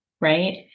right